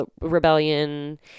rebellion